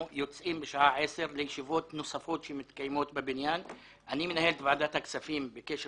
בשעה 10:00 מנהל את ועדת הכספים בקשר